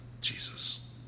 Jesus